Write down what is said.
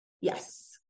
Yes